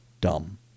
dumb